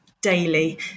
daily